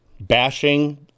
bashing